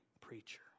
preacher